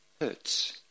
hurts